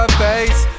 face